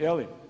Je li?